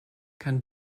can